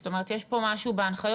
זאת אומרת יש פה משהו בהנחיות,